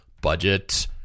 budget